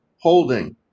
holding